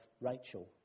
Rachel